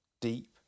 deep